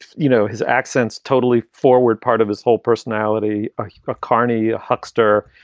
you know, his accent's totally forward. part of his whole personality, ah carny huckster,